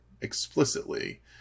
explicitly